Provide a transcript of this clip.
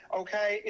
okay